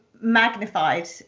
magnified